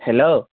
hello